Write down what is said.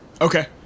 Okay